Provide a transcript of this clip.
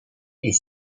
est